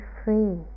free